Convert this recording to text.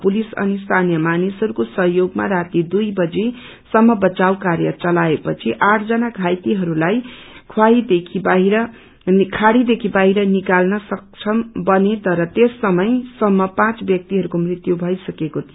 police अनि स्थानायि मानिहरूको सहयोगमा राती दुई बजी सम्म बचाव कार्य चलाए पछि आठ जना घाइतेहरूलाई खाईदेखि बाहिर निकाल्न सक्षम बने तर त्यस समय सम्म पाँ ब्यक्तिहयको मृत्य भई सकेको थियो